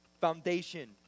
foundation